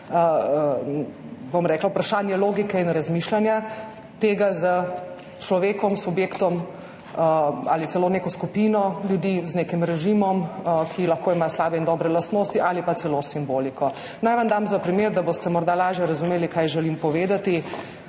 vprašanje logike in razmišljanja tega s človekom, subjektom ali celo neko skupino ljudi, z nekim režimom, ki lahko ima slabe in dobre lastnosti ali pa celo simboliko. Naj vam dam za primer, da boste morda lažje razumeli, kaj želim povedati,